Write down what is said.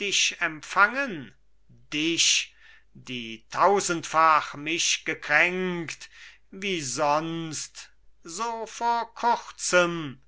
dich empfangen dich die tausendfach mich gekränkt wie sonst so vor kurzem